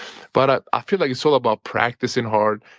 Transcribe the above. but i feel like it's all about practicing hard,